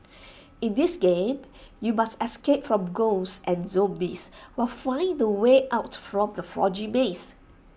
in this game you must escape from ghosts and zombies while finding the way out from the foggy maze